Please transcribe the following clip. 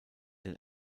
den